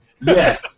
Yes